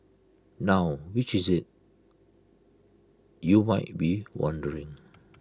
now which is IT you might be wondering